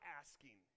asking